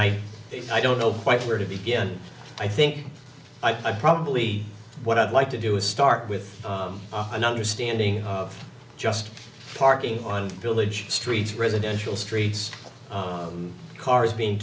i i don't know quite where to begin and i think i probably what i'd like to do is start with an understanding of just parking on village streets residential streets cars being